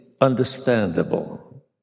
understandable